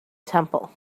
temple